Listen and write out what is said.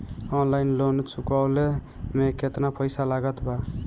Online loan चुकवले मे केतना पईसा लागत बा?